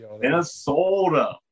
Minnesota